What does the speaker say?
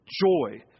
Joy